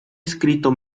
escrito